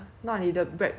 so I think like